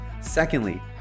Secondly